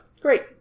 great